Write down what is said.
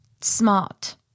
smart